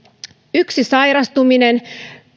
yksi sairastuminen